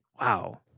Wow